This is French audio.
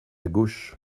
gauche